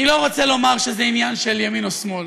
אני לא רוצה לומר שזה עניין של ימין ושמאל,